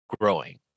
growing